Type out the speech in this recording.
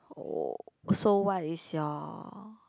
oh so what is your